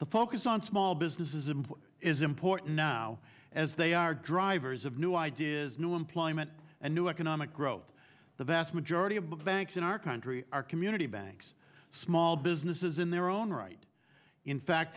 the focus on small businesses and is important now as they are drivers of new ideas new employment and new economic growth the vast majority of banks in our country are community banks small businesses in their own right in fact